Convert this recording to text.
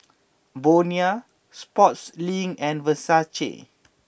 Bonia Sportslink and Versace